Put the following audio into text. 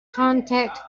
contact